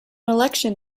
election